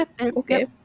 Okay